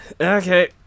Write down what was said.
okay